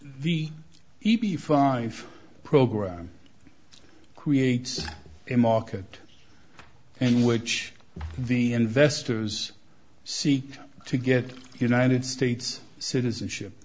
p five program creates a market in which the investors seek to get united states citizenship